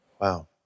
Wow